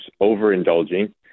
overindulging—